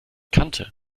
kannte